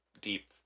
deep